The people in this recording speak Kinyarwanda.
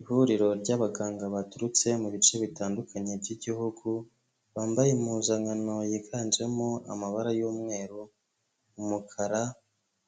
Ihuriro ry'abaganga baturutse mu bice bitandukanye by'igihugu, bambaye impuzankano yiganjemo amabara y'umweru, umukara